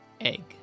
egg